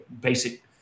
basic